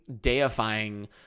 deifying